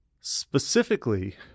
specifically